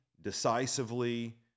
decisively